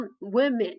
women